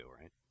Right